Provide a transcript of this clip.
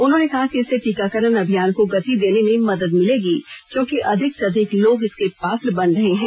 उन्होंने कहा कि इससे टीकाकरण अभियान को गति देने में मदद मिलेगी क्योंकि अधिक से अधिक लोग इसके पात्र बन रहे हैं